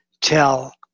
tell